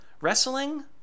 wrestling